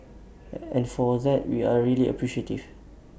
and for that we are really appreciative